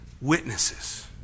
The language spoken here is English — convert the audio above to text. witnesses